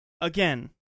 again